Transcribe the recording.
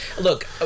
Look